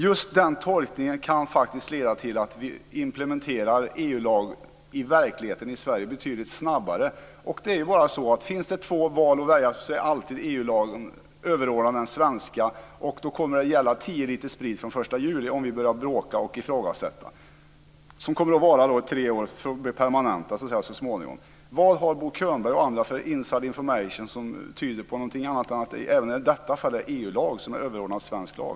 Just den tolkningen kan faktiskt leda till att vi implementerar EU-lag i verkligheten i Sverige betydligt snabbare. Det är bara så; finns det två alternativ att välja mellan är EU-lagen alltid överordnad den svenska. Om vi börjar bråka och ifrågasätta kommer man att få ta in 10 liter sprit från den 1 juli. Det kommer att vara så i tre år, och det kommer så småningom att permanentas. Vad har Bo Könberg och andra för inside information som tyder på någonting annat än att det även i detta fall är EU-lag som är överordnad svensk lag?